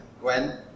Gwen